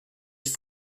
sich